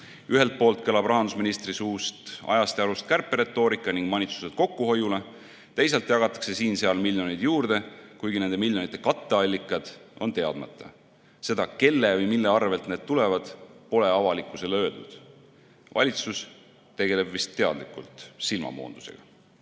Ühelt poolt kõlab rahandusministri suust ajast ja arust kärperetoorika ning manitsused kokkuhoiule, teisalt jagatakse siin-seal miljoneid juurde, kuigi nende miljonite katteallikad on teadmata. Seda, kelle või mille arvel need tulevad, pole avalikkusele öeldud. Valitsus tegeleb vist teadlikult silmamoondusega.